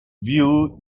view